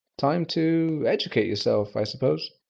time to educate yourself, i suppose.